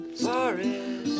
Forest